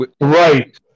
right